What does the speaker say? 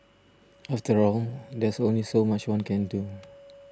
after all there's only so much one can do